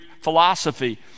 philosophy